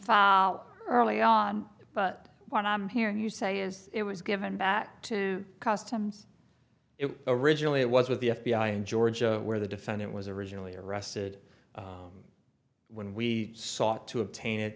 file early on but what i'm hearing you say is it was given back to customs it originally it was with the f b i in georgia where the defendant was originally arrested when we sought to obtain it